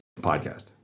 podcast